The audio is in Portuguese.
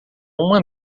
uma